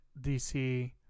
dc